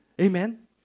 Amen